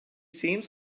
seems